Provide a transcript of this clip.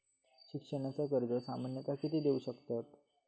शिक्षणाचा कर्ज सामन्यता किती देऊ शकतत?